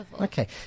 Okay